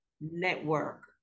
network